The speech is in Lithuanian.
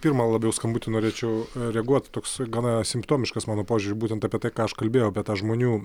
pirmą labiau skambutį norėčiau reaguot toks gana simptomiškas mano požiūriu būtent apie tai ką aš kalbėjau bet aš žmonių